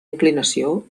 inclinació